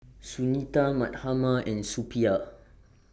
Sunita Mahatma and Suppiah